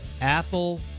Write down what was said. Apple